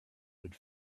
would